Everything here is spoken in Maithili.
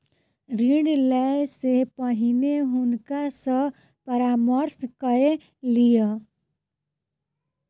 ऋण लै से पहिने हुनका सॅ परामर्श कय लिअ